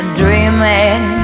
dreaming